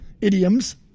idioms